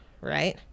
right